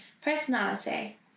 Personality